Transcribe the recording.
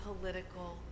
political